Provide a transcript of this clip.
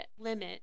limit